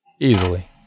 easily